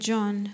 John